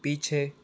पीछे